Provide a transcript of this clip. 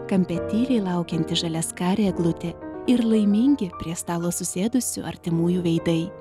kampe tyliai laukianti žaliaskarė eglutė ir laimingi prie stalo susėdusių artimųjų veidai